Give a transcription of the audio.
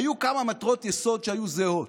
היו כמה מטרות יסוד שהיו זהות.